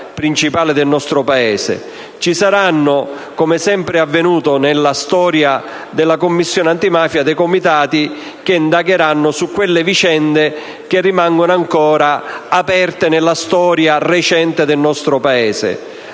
Ci saranno, come sempre è avvenuto nella storia della Commissione antimafia, dei Comitati che indagheranno su quelle vicende che rimangono ancora aperte nella storia recente del nostro Paese.